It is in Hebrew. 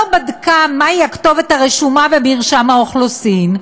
לא בדקה מהי הכתובת הרשומה במרשם האוכלוסין,